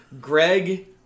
Greg